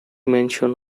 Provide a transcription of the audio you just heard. mention